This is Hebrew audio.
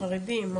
חרדים,